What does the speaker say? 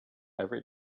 every